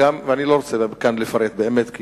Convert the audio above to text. ואני באמת לא רוצה כאן לפרט,